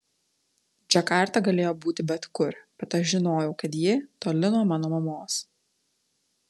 džakarta galėjo būti bet kur bet aš žinojau kad ji toli nuo mano mamos